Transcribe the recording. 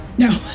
No